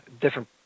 different